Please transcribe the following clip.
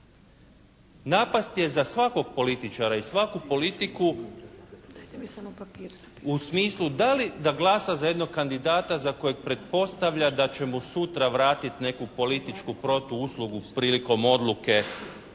Napast je za svakog političara i svaku politiku u smislu da li da glasa za jednog kandidata za kojeg pretpostavlja da će mu sutra vratit neku političku protuuslugu prilikom odluke